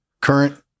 current